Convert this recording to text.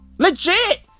Legit